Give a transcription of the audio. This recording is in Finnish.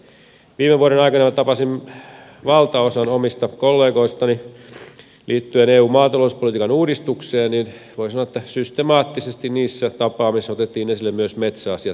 viime vuoden aikana tapasin valtaosan omista kollegoistani liittyen eun maatalouspolitiikan uudistukseen ja voin sanoa että systemaattisesti niissä tapaamisissa otettiin esille myös metsäasiat